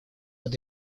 под